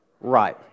Right